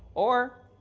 or,